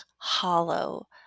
hollow